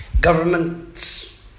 Governments